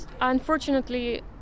Unfortunately